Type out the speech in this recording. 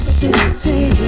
city